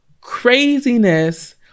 craziness